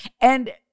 And-